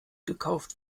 gekauft